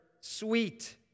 sweet